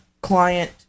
client